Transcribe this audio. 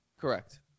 Correct